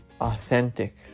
Authentic